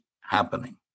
happening